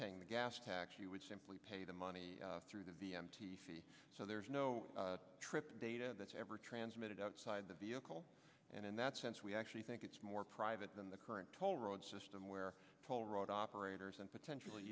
paying the gas tax you would simply pay the money through that so there's no trip data that's ever transmitted outside the vehicle and in that sense we actually think it's more private than the current toll road system where toll road operators and potentially